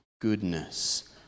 goodness